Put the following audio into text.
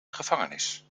gevangenis